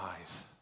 eyes